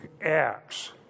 Acts